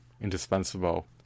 indispensable